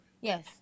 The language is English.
Yes